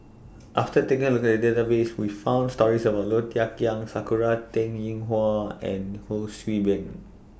after taking A Look At The Database We found stories about Low Thia Khiang Sakura Teng Ying Hua and Ho See Beng